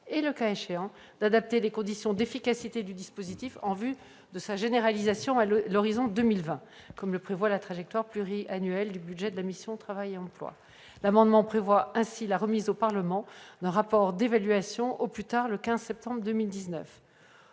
et, le cas échéant, d'adapter les conditions d'efficacité du dispositif, en vue de sa généralisation à l'horizon de 2020, comme le prévoit la trajectoire pluriannuelle des crédits de la mission « Travail et emploi ». La remise au Parlement d'un rapport d'évaluation est prévue au plus tard le 15 septembre 2019.